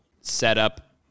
setup